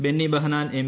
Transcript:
Benny Behanan M